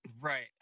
Right